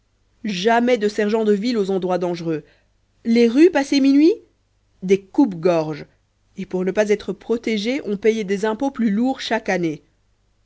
jamais de sergent de ville aux endroits dangereux les rues passé minuit des coupe gorges et pour ne pas être protégés on payait des impôts plus lourds chaque année